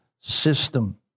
system